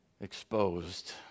exposed